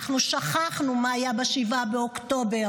אנחנו שכחנו מה היה ב-7 באוקטובר: